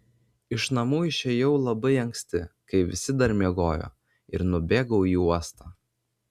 iš namų išėjau labai anksti kai visi dar miegojo ir nubėgau į uostą